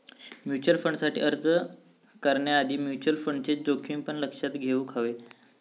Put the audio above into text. mutual फंडसाठी अर्ज करण्याआधी म्युचल फंडचे जोखमी पण लक्षात घेउक हवे